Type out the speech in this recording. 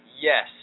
Yes